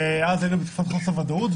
ואז היינו בתקופת חוסר ודאות,